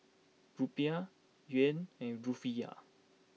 Rupiah Yuan and Rufiyaa